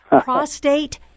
Prostate